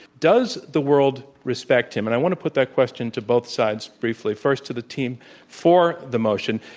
does the world respect him? and i want to put that question to both sides briefly. first to the team for the motion.